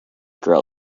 girl